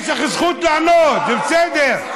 יש לך זכות לענות, זה בסדר.